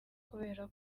kubera